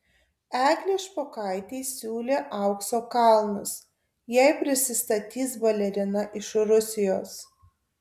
eglei špokaitei siūlė aukso kalnus jei prisistatys balerina iš rusijos